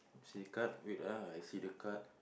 see the card wait ah I see the card